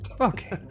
Okay